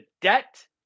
debt